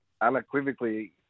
unequivocally